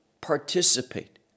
participate